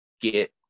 get